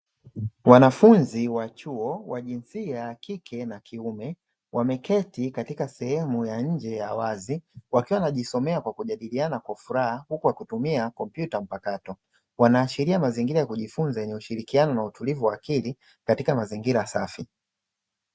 Wanafunzi wa chuo wa jinsia ya kike na kiume wameketi katika sehemu ya nje ya wazi wakiwa wanajisomea kwa kujadiliana kwa furaha huku wakitumia kompyuta mpakato, wanaashiria mazingira ya kujifunza yenye ushirikiano na utulivu wa akili katika mazingira safi.